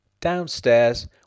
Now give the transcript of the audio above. Downstairs